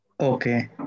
Okay